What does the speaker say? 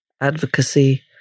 advocacy